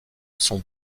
sont